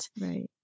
right